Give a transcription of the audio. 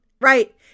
right